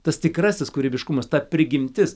tas tikrasis kūrybiškumas ta prigimtis